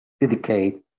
dedicate